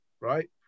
right